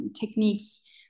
techniques